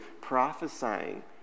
prophesying